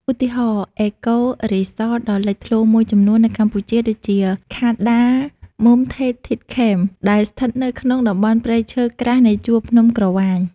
ឧទាហរណ៍ អេកូរីសត ដ៏លេចធ្លោមួយចំនួននៅកម្ពុជាដូចជា ខា ដា មុំ ថេន ធីត ខេម Cardamom Tented Camp ដែលស្ថិតនៅក្នុងតំបន់ព្រៃឈើក្រាស់នៃជួរភ្នំក្រវាញ។